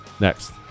next